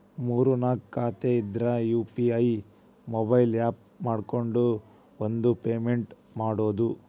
ಮೂರ್ ನಾಕ್ ಖಾತೆ ಇದ್ರ ಯು.ಪಿ.ಐ ಮೊಬೈಲ್ ಆಪ್ ಹಾಕೊಂಡ್ ಒಂದ ಪೇಮೆಂಟ್ ಮಾಡುದು